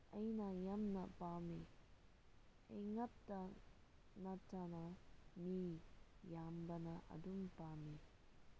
ꯑꯩꯅ ꯌꯥꯝꯅ ꯄꯥꯝꯃꯤ ꯑꯩ ꯈꯛꯇ ꯅꯠꯇꯅ ꯃꯤ ꯑꯌꯥꯝꯕꯅ ꯑꯗꯨꯝ ꯄꯥꯝꯃꯤ